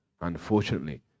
Unfortunately